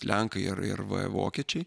lenkai ar ir v vokiečiai